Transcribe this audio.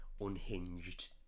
unhinged